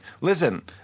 Listen